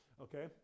okay